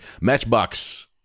Matchbox